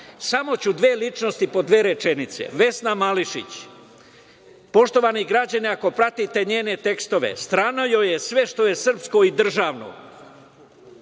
ću dve ličnosti po dve rečenice, Vesna Mališić, poštovani građani ako pratite njene tekstove, strano joj je sve što je srpsko i državno.